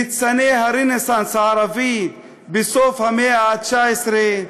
ניצני הרנסנס הערבי בסוף המאה ה-19,